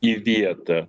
į vietą